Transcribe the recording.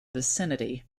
vicinity